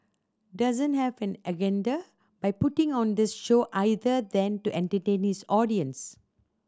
doesn't have an agenda by putting on this show either than to entertain his audience